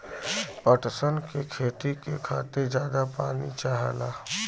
पटसन के खेती के खातिर जादा पानी चाहला